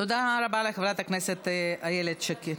תודה רבה לחברת הכנסת איילת שקד.